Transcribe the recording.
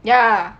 ya